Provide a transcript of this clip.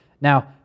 Now